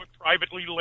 privately